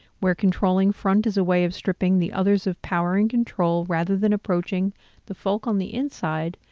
where controlling front is a way of stripping the others of power and control rather than approaching the folk on the inside,